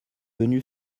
venu